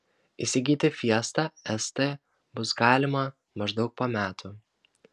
įsigyti fiesta st bus galima maždaug po metų